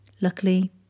Luckily